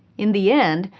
in the end,